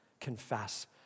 Confess